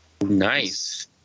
Nice